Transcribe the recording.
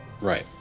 Right